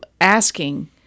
asking